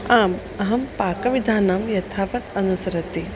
आम् अहं पाकविधानां यथावत् अनुसरामि